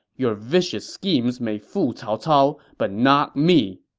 your vicious schemes may fool cao cao, but not me!